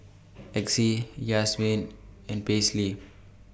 Exie Yazmin and Paisley